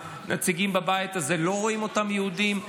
מהנציגים בבית הזה לא רואים אותם יהודים.